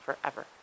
forever